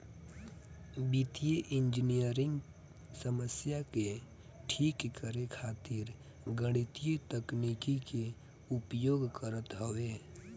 वित्तीय इंजनियरिंग समस्या के ठीक करे खातिर गणितीय तकनीकी के उपयोग करत हवे